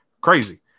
Crazy